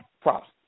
Props